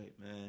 man